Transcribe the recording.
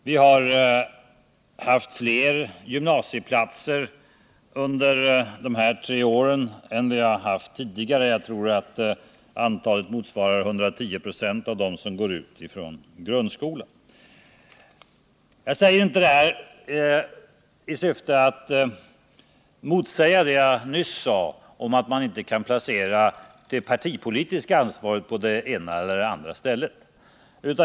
Vi har haft fler gymnasieplatser under dessa tre år än tidigare; jag tror att antalet nu motsvarar 110 96 av antalet elever som går ut från grundskolan. Jag säger inte det här i syfte att motsäga vad jag nyss sade om att man inte kan placera det partipolitiska ansvaret på det ena eller andra stället.